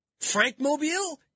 Frankmobile